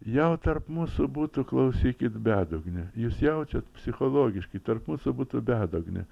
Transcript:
jau tarp mūsų būtų klausykit bedugnė jūs jaučiat psichologiškai tarp mūsų būtų bedugnę